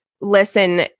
listen